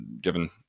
given